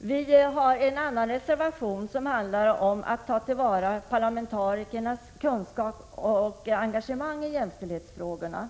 Vi har en annan reservation, som handlar om att ta till vara parlamentarikernas kunskap och engagemang i jämställdhetsfrågorna.